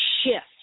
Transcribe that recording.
shift